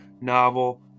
novel